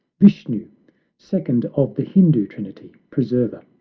vishnu second of the hindoo trinity, preserver.